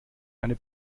eine